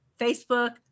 Facebook